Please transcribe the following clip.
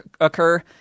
occur